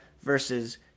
versus